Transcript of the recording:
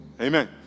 Amen